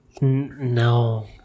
No